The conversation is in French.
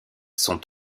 sont